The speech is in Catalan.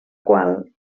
qual